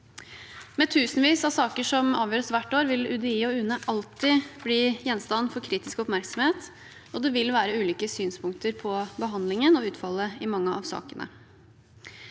Med tusenvis av saker som avgjøres hvert år, vil UDI og UNE alltid bli gjenstand for kritisk oppmerksomhet, og det vil være ulike synspunkter på behandlingen og utfallet i mange av sakene.